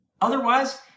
Otherwise